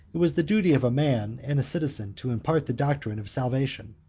it was the duty of a man and a citizen to impart the doctrine of salvation,